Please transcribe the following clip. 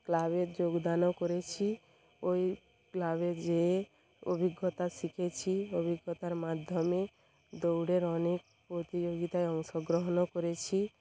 ক্লাবে যোগদানও করেছি ওই ক্লাবে যেয়ে অভিজ্ঞতা শিখেছি অভিজ্ঞতার মাধ্যমে দৌড়ের অনেক প্রতিযোগিতায় অংশগ্রহণও করেছি